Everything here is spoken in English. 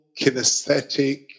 kinesthetic